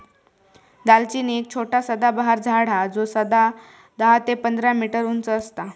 दालचिनी एक छोटा सदाबहार झाड हा जो दहा ते पंधरा मीटर उंच असता